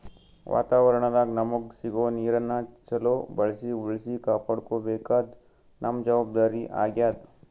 ವಾತಾವರಣದಾಗ್ ನಮಗ್ ಸಿಗೋ ನೀರನ್ನ ಚೊಲೋ ಬಳ್ಸಿ ಉಳ್ಸಿ ಕಾಪಾಡ್ಕೋಬೇಕಾದ್ದು ನಮ್ಮ್ ಜವಾಬ್ದಾರಿ ಆಗ್ಯಾದ್